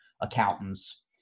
accountants